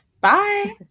Bye